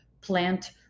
plant